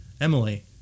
Emily